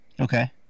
Okay